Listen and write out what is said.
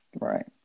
Right